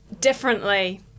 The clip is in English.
differently